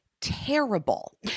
terrible